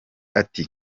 ati